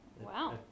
Wow